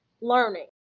learning